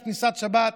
עד כניסת שבת,